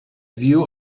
view